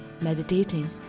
meditating